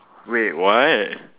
wait what